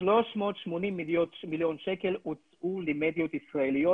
380 מיליון שקל הוצאו למדיות ישראליות